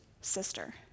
sister